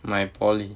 my polytechnic